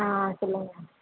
ஆ சொல்லுங்க